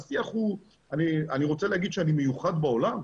אני רוצה להגיד שאני מיוחד בעולם?